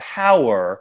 power